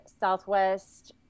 Southwest